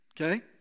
Okay